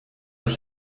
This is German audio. ich